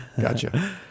Gotcha